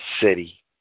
City